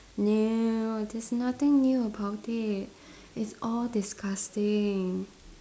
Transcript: no there's nothing new about it it's all disgusting